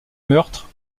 meurtres